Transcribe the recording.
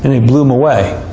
and it blew him away.